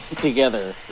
together